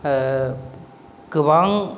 गोबां